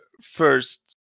first